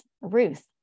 Ruth